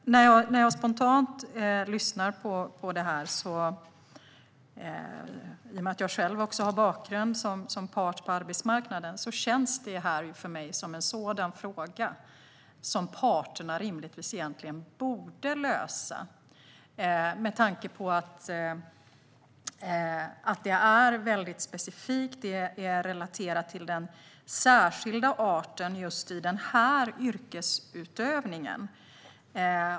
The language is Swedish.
Eftersom jag själv har en bakgrund som part på arbetsmarknaden känner jag spontant att detta är något som parterna rimligtvis borde lösa, med tanke på att det är väldigt specifikt och relaterat till just denna yrkesutövning.